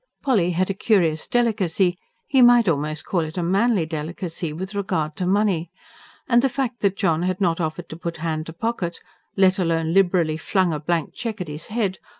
polly had a curious delicacy he might almost call it a manly delicacy with regard to money and the fact that john had not offered to put hand to pocket let alone liberally flung a blank cheque at his head,